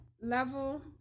level